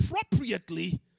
appropriately